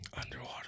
Underwater